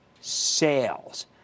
sales